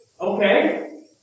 okay